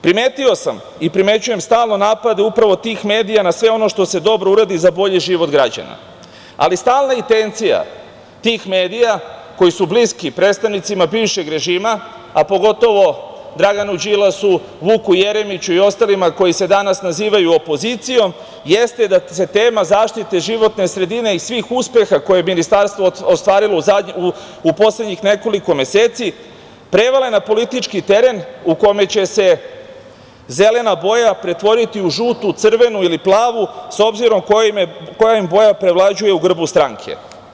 Primetio sam i primećujem stalno napade tih medija na sve ono što se dobro uradi za bolji život građana, ali stalna intencija tih medija koji su bliski predstavnicima bivšeg režima, a pogotovo Draganu Đilasu, Vuku Jeremiću i ostalima koji se danas nazivaju opozicijom jeste da se tema zaštite životne sredine i svih uspeha koje ministarstvo ostvarilo u poslednjih nekoliko meseci prevale na politički teren u kome će se zelena boja pretvoriti u žutu, crvenu ili planu s obzirom koja im boja prevlađuje u grbu stranke.